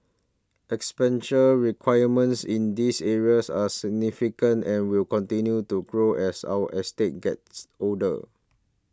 expenditure requirements in these areas are significant and will continue to grow as our estates gets older